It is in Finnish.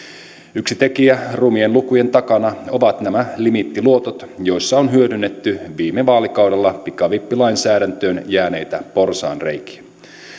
yksi tekijä rumien lukujen takana ovat nämä limiittiluotot joissa on hyödynnetty viime vaalikaudella pikavippilainsäädäntöön jääneitä porsaanreikiä